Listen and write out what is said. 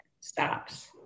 stops